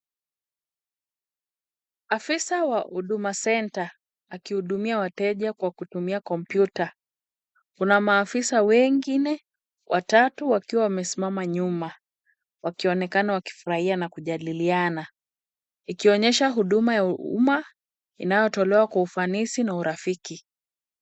Afisa wa huduma Center, akihudumia wateja kwa kutumia kompyuta, kuna maafisa wengine watatu wakiwa wamesimama nyuma, wakionekana wakifurahia na kujadiliana, ikionyesha huduma ya umma inayotolewa kwa ufanisi na urafiki.